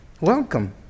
Welcome